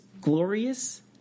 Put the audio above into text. glorious